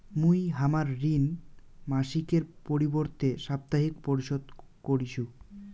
মুই হামার ঋণ মাসিকের পরিবর্তে সাপ্তাহিক পরিশোধ করিসু